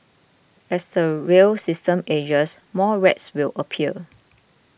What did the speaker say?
as the rail system ages more rats will appear